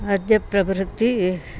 अद्यप्रभृती